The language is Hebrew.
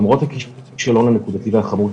למרות הכישלון הנקודתי והחמור של